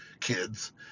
kids